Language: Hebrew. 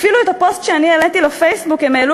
אפילו את הפוסט שאני העליתי לפייסבוק הם העלו